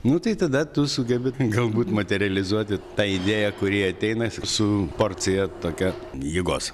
nu tai tada tu sugebi galbūt materializuoti tą idėją kuri ateina su porcija tokia jėgos